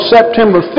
September